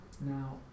Now